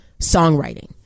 songwriting